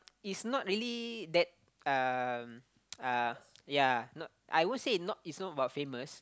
it's not really that um uh ya not I won't say not it's not about famous